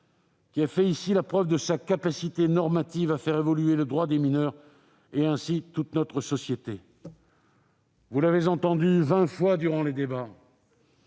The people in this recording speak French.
qui a fait la preuve de sa capacité normative à faire évoluer le droit des mineurs et, ainsi, toute notre société. Vous avez, durant les débats,